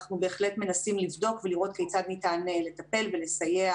אנחנו בהחלט מנסים לבדוק ולראות כיצד ניתן לטפל ולסייע